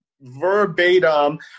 Verbatim